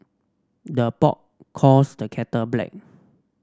the pot calls the kettle black